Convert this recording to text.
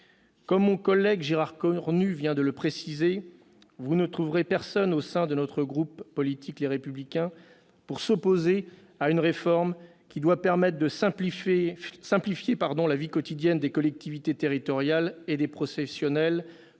Comme mon collègue Gérard Cornu l'a précisé, vous ne trouverez personne au sein de notre groupe politique, Les Républicains, pour s'opposer à une réforme qui doit permettre de simplifier la vie quotidienne des collectivités territoriales et des professionnels,